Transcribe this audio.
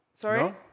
Sorry